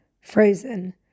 frozen